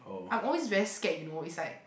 I'm always very scared you know it's like